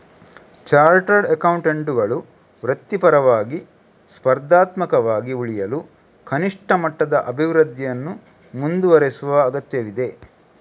chartered ಅಕೌಂಟೆಂಟುಗಳು ವೃತ್ತಿಪರವಾಗಿ, ಸ್ಪರ್ಧಾತ್ಮಕವಾಗಿ ಉಳಿಯಲು ಕನಿಷ್ಠ ಮಟ್ಟದ ಅಭಿವೃದ್ಧಿಯನ್ನು ಮುಂದುವರೆಸುವ ಅಗತ್ಯವಿದೆ